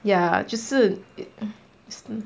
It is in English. ya 就是